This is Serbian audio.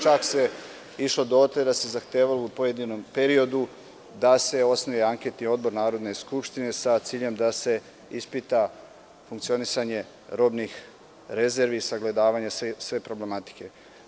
Čak se išlo dotle da se zahtevalo u pojedinom periodu da se osnuje anketni odbor Narodne skupštine sa ciljem da se ispita funkcionisanje robnih rezervi i sagledavanja sve problematike.